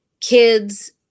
kids